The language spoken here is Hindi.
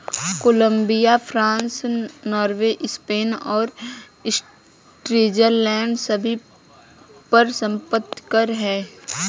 कोलंबिया, फ्रांस, नॉर्वे, स्पेन और स्विट्जरलैंड सभी पर संपत्ति कर हैं